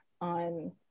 on